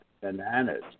bananas